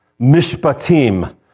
mishpatim